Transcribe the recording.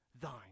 thine